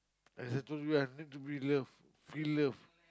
as I told you I need to be loved feel loved